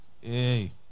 Hey